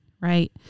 Right